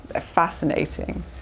fascinating